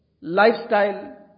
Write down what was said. lifestyle